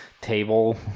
table